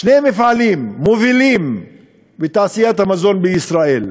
שני מפעלים מובילים בתעשיית המזון בישראל,